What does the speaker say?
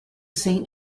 saint